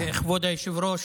כבוד היושב-ראש,